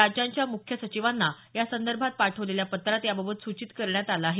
राज्यांच्या मुख्य सचिवांना यासंदर्भात पाठवलेल्या पत्रात याबाबत सूचित करण्यात आलं आहे